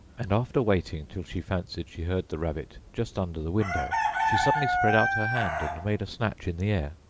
and, after waiting till she fancied she heard the rabbit just under the window, she suddenly spread out her hand, and made a snatch in the air.